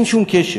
אין שום קשר.